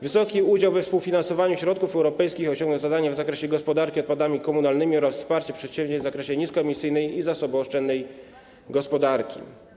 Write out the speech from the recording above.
Wysoki udział we współfinansowaniu środków europejskich osiągną zadania w zakresie gospodarki odpadami komunalnymi oraz wsparcia przedsięwzięć w zakresie niskoemisyjnej i zasobooszczędnej gospodarki.